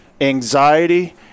anxiety